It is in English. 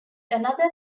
another